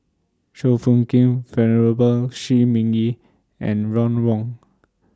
Chua Phung Kim Venerable Shi Ming Yi and Ron Wong